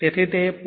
તેથી તે 0